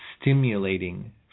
stimulating